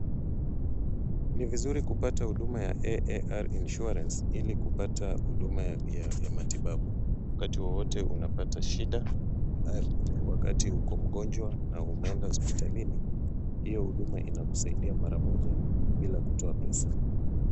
Ni vizuri kupata huduma ya AAR Insurance ili kupata huduma ya matibabu wakati wowote unapata shida, wakati uko mgonjwa na umeenda hospitalini, hiyo huduma inakusaidia mara moja bila kutoa pesa.